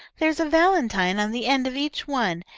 there is a valentine on the end of each one,